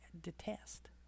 detest